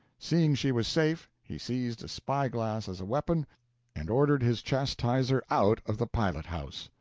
seeing she was safe, he seized a spy-glass as a weapon and ordered his chastiser out of the pilot-house.